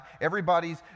everybody's